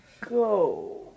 go